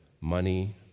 money